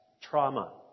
trauma